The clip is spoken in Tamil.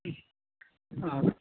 ம் ஆ